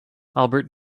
albert